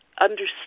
understand